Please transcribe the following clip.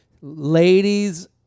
Ladies